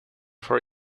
for